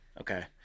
Okay